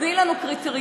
תני לנו קריטריונים.